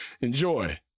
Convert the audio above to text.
Enjoy